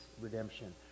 redemption